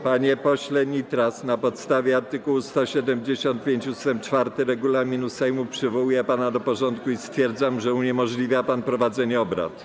Panie pośle Nitras, na podstawie art. 175 ust. 4 regulaminu Sejmu przywołuję pana do porządku i stwierdzam, że uniemożliwia pan prowadzenie obrad.